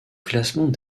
classement